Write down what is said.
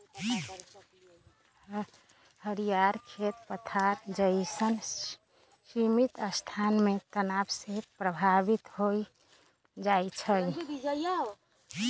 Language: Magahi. घरियार खेत पथार जइसन्न सीमित स्थान में तनाव से प्रभावित हो जाइ छइ